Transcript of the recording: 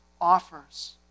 offers